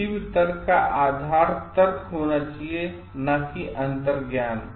किसी भी तर्क का आधार तर्क होना चाहिए न कि अंतर्ज्ञान